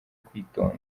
kwitonda